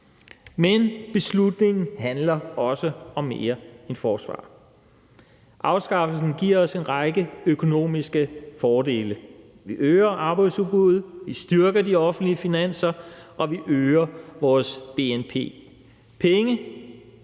Men beslutningen handler også om mere end forsvaret. Afskaffelsen giver os en række økonomiske fordele. Vi øger arbejdsudbuddet, vi styrker de offentlige finanser, og vi øger vores bnp.